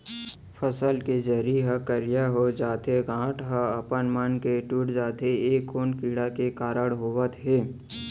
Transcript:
फसल के जरी ह करिया हो जाथे, गांठ ह अपनमन के टूट जाथे ए कोन कीड़ा के कारण होवत हे?